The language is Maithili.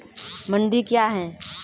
मंडी क्या हैं?